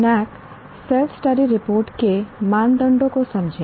NAAC self study report के मानदंडों को समझें